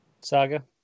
Saga